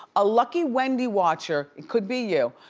a lucky wendy watcher, could be you,